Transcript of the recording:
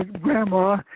Grandma